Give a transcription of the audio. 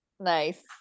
nice